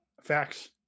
Facts